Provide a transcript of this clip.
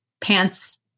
pants